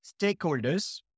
stakeholders